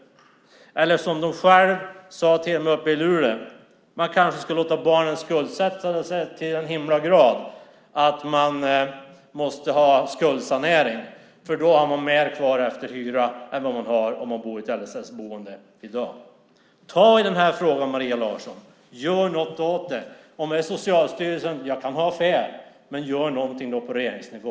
Eller som de själva sade till mig uppe i Luleå: Man kanske ska låta barnen skuldsätta sig så till den milda grad att de måste ha skuldsanering, för då har man mer kvar efter betald hyra än vad man har om man bor i ett LSS-boende i dag. Ta i den här frågan, Maria Larsson! Gör något åt det! Om det inte är Socialstyrelsen, jag kan ha fel, men gör då någonting på regeringsnivå!